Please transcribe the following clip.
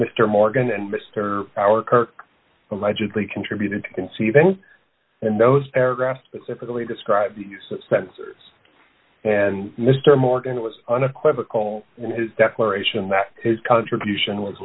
mr morgan and mr power kirk allegedly contributed to conceiving and those paragraphs specifically describe the use of sensors and mr morgan was unequivocal in his declaration that his contribution was